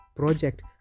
project